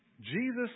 Jesus